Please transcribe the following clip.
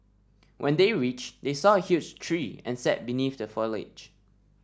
when they reached they saw a huge tree and sat beneath the foliage